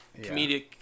comedic